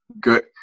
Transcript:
good